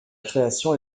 création